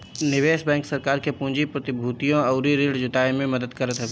निवेश बैंक सरकार के पूंजी, प्रतिभूतियां अउरी ऋण जुटाए में मदद करत हवे